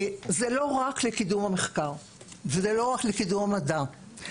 זה לא רק לקידום המחקר וזה לא רק לקידום המדע,